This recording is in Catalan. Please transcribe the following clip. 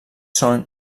són